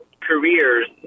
careers